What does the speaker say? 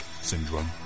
Syndrome